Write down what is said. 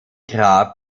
grab